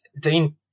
Dean